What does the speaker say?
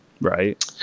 Right